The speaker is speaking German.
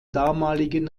damaligen